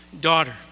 daughter